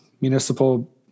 municipal